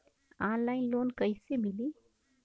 Online loan कइसे मिली?